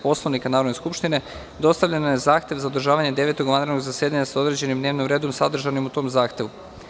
Poslovnika Narodne skupštine, dostavljen vam je zahtev za održavanje Devetog vanrednog zasedanja, sa određenim dnevnim redom sadržanim u tom zahtevu.